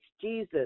Jesus